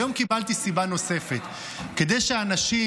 היום קיבלתי סיבה נוספת, כדי שאנשים